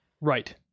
Right